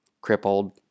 crippled